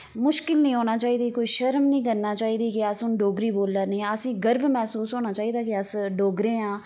मुश्किल निं औना चाहिदी कोई शर्म निं करनी चाहिदी कि अस डोगरी बोला ने आं असें गर्व मैहसूस होना चाहिदा कि अस डोगरे आं